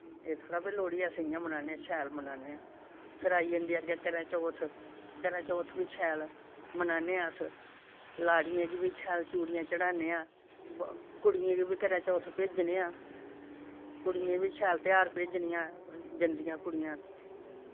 एह् थोह्ड़ा के लोह्ड़ी असें इ'यां मनान्ने शैल मनान्ने फिर आई जंदी अग्गे कर्याचौथ कर्याचौथ बी शैल मनाने अस लाड़ियें गी बी शैल चूड़ियां चढ़ाने आं ब कुड़ियें गी बी कर्याचौथ भेजने आं कुड़ियें गी बी शैल तेहार भेजने आं जन्दियां कुड़ियां